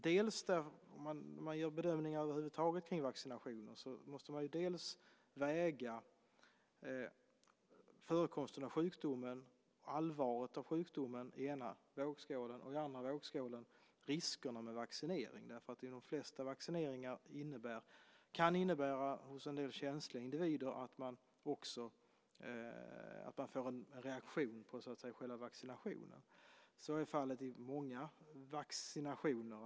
Då man gör bedömningar över huvud taget av vaccinationer måste man väga förekomsten av sjukdomen och allvaret i sjukdomen i ena vågskålen och i andra vågskålen riskerna med vaccineringen. I de flesta fall kan vaccineringar hos en del känsliga individer innebära att man också får en reaktion på själva vaccinationen. Så är fallet vid många vaccinationer.